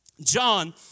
John